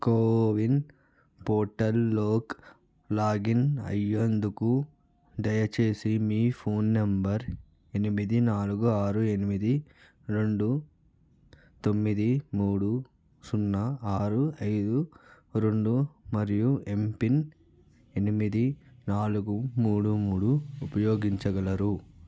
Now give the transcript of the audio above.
CoWIN పోర్టల్లోకి login అయ్యేందుకు దయచేసి మీ ఫోన్ నెంబర్ ఎనిమిది నాలుగు ఆరు ఎనిమిది రెండు తొమ్మిది మూడు సున్నా ఆరు ఐదు రెండు మరియు ఎంపిన్ ఎనిమిది నాలుగు మూడు మూడు ఉపయోగించగలరు